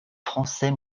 français